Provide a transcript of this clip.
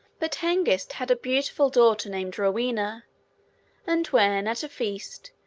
but hengist had a beautiful daughter named rowena and when, at a feast,